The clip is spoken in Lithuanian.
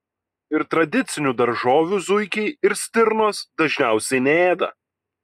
ir tradicinių daržovių zuikiai ir stirnos dažniausiai neėda